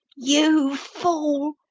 you fool!